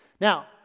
Now